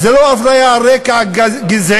זה לא אפליה על רקע גזעי,